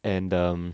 and um